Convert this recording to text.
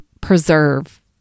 preserve